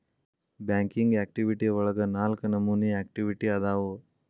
banking activity ಒಳಗ ನಾಲ್ಕ ನಮೋನಿ ಆಕ್ಟಿವಿಟಿ ಅದಾವು ಅದಾವು